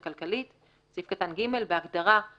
התשמ"ח 1988 (בפרק זה,